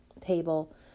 table